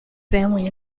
family